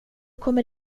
kommer